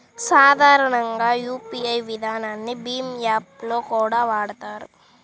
సాధారణంగా యూపీఐ విధానాన్ని భీమ్ యాప్ లో కూడా వాడతారు